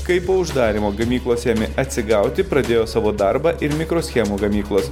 kai po uždarymo gamyklos ėmė atsigauti pradėjo savo darbą ir mikroschemų gamyklos